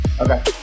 Okay